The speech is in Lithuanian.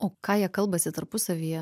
o ką jie kalbasi tarpusavyje